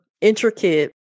intricate